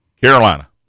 Carolina